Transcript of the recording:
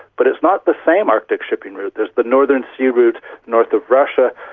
but it's not the same arctic shipping route, there's the northern sea route north of russia,